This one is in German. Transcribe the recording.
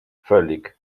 völlig